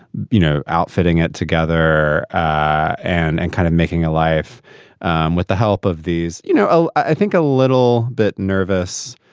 you know, outfitting it together and and kind of making a life um with the help of these, you know. oh, i think a little bit nervous.